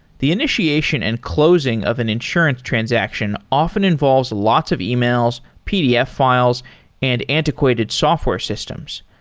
the initiation and closing of an insurance transaction often involves lots of emails, pdf files and antiquated software systems.